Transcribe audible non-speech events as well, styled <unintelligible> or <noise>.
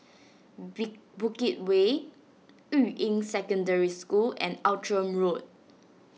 <unintelligible> Bukit Way Yuying Secondary School and Outram Road